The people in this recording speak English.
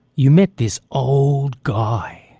you met this old guy,